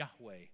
Yahweh